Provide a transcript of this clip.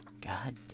God